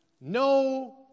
no